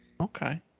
Okay